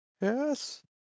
Yes